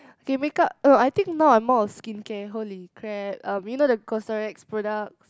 okay make-up no I think no I'm more of skincare holy crap um you know the CosRX products